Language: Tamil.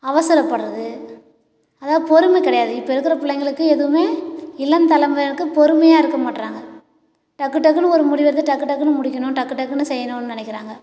அவசரப்படுறது அதாவது பொறுமை கிடையாது இப்போ இருக்கிற பிள்ளைங்களுக்கு எதுவும் இளம் தலைமுறையினருக்கு பொறுமையாக இருக்க மாட்டேறாங்க டக்குடக்குன்னு ஒரு முடிவெடுத்து டக்குடக்குன்னு முடிக்கணும் டக்குடக்குன்னு செய்யணும்னு நினைக்கிறாங்க